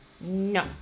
No